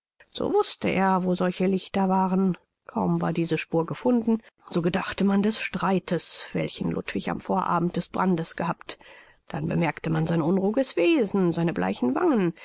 so wußte er wo solche lichter waren kaum war diese spur gefunden so gedachte man des streites welchen ludwig am vorabend des brandes gehabt dann bemerkte man sein unruhiges wesen seine bleichen wangen